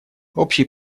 общие